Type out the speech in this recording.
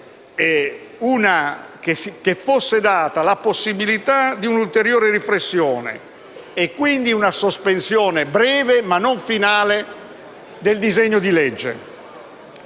che fosse data la possibilità di un'ulteriore riflessione, quindi una sospensione breve - ma non definitiva - del disegno di legge.